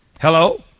Hello